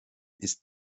ist